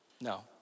no